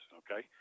okay